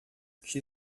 she